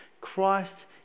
Christ